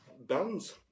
bands